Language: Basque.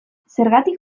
zergatik